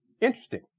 interesting